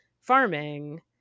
farming